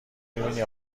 میبینی